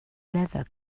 leather